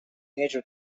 major